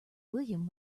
william